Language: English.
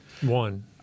One